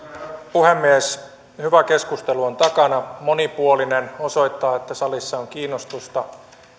puhemies hyvä keskustelu on takana monipuolinen osoittaa että salissa on kiinnostusta